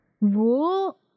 rule